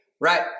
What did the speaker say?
right